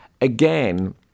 Again